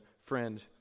Friend